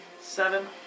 Seven